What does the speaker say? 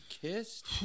kissed